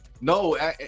No